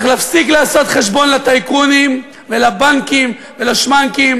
צריך להפסיק לעשות חשבון לטייקונים ולבנקים ולשמנקים,